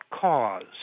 cause